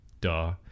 duh